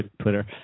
twitter